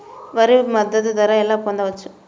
వరి మద్దతు ధర ఎలా పొందవచ్చు?